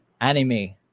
anime